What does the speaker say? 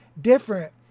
different